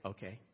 Okay